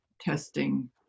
testing